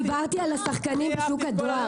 דיברתי על השחקנים בשוק הדואר.